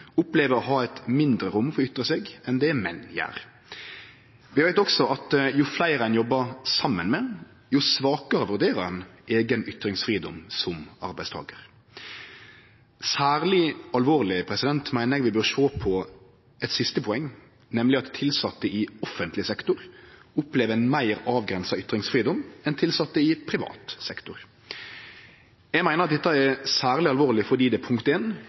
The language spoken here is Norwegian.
opplever å ha mindre rom for å ytre seg enn det menn gjer. Vi veit også at jo fleire ein jobbar saman med, jo svakare vurderer ein eigen ytringsfridom som arbeidstakar. Særleg alvorleg meiner eg vi bør sjå på eit siste poeng, nemleg at tilsette i offentleg sektor opplever ein meir avgrensa ytringsfridom enn tilsette i privat sektor. Eg meiner dette er særleg alvorleg fordi det 1) er